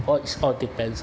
all is all depends